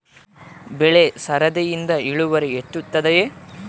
ಬೆಳೆ ಸರದಿಯಿಂದ ಇಳುವರಿ ಹೆಚ್ಚುತ್ತದೆಯೇ?